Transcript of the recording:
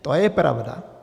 To je pravda.